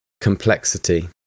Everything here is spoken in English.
complexity